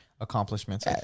accomplishments